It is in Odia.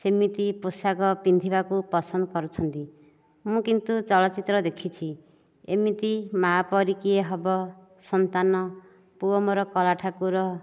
ସେମିତି ପୋଷାକ ପିନ୍ଧିବାକୁ ପସନ୍ଦ କରୁଛନ୍ତି ମୁଁ କିନ୍ତୁ ଚଳଚ୍ଚିତ୍ର ଦେଖିଛି ଏମିତି ମାଆ ପରି କିଏ ହେବ ସନ୍ତାନ ପୁଅ ମୋର କଳା ଠାକୁର